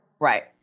Right